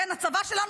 הצבא שלנו,